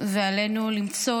ועלינו למצוא את